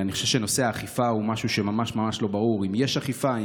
אני חושב שנושא האכיפה הוא משהו שממש ממש לא ברור אם יש אכיפה,